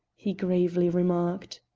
he gravely remarked.